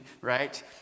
right